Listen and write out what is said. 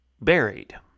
buried